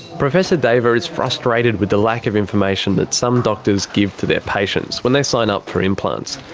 professor deva is frustrated with the lack of information that some doctors give to their patients when they sign up for implants.